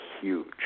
huge